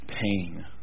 pain